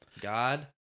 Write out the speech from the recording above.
God